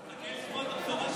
אני מחכה לשמוע את הבשורה שלך.